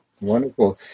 Wonderful